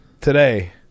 today